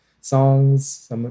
songs